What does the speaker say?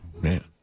Man